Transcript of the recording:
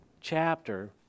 chapter